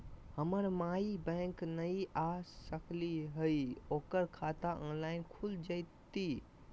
हमर माई बैंक नई आ सकली हई, ओकर खाता ऑनलाइन खुल जयतई?